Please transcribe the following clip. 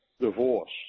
divorce